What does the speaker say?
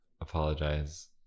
apologize